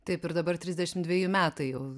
taip ir dabar trisdešim dveji metai jau